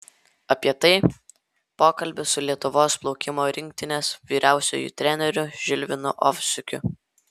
apie tai pokalbis su lietuvos plaukimo rinktinės vyriausiuoju treneriu žilvinu ovsiuku